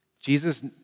Jesus